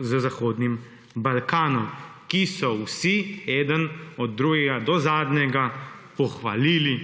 z zahodnim Balkanom, ki so vsi eden od drugega, do zadnjega pohvalili